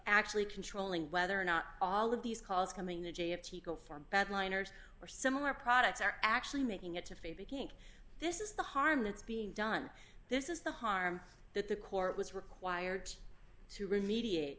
actually controlling whether or not all of these calls coming the day of teco from bad liners or similar products are actually making it a favorite kink this is the harm that's being done this is the harm that the court was required to remediate